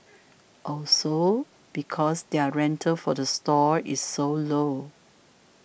also because their rental for the stall is so low